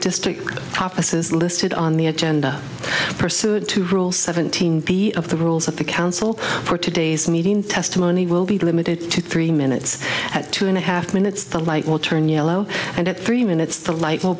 district offices listed on the agenda pursued to rule seventeen of the rules of the council for today's meeting in testimony will be limited to three minutes at two and a half minutes the light will turn yellow and at three minutes